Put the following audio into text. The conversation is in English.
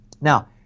Now